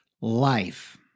life